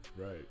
Right